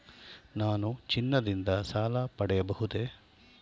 ನಾನು ಚಿನ್ನದಿಂದ ಸಾಲ ಪಡೆಯಬಹುದೇ?